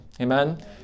Amen